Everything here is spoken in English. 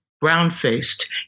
brown-faced